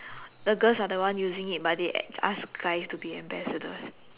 the girls are the one using it but they ac~ ask guys to be ambassadors